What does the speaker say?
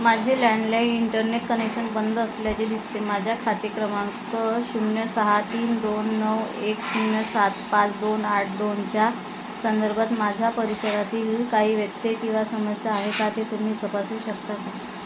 माझे landline internet connection बंद असल्याचे दिसते माझ्या खाते क्रमांक शून्य सहा तीन दोन नऊ एक शून्य सात पाच दोन आठ दोनच्या संदर्भात माझा परिसरातील काही व्यक्ती किंवा समस्या आहे का ते तुम्ही तपासू शकता का